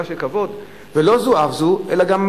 זו שאלה של כבוד?